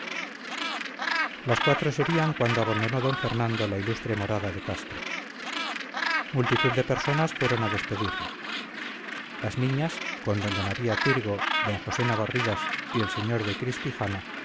las cuatro serían cuando abandonó d fernando la ilustre morada de castro multitud de personas fueron a despedirle las niñas con doña maría tirgo d josé navarridas y el sr de